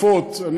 וגם למנוע שרפות.